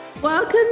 Welcome